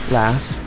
laugh